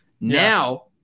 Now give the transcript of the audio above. now